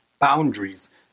boundaries